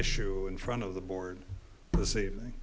issue in front of the board this evening